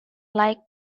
like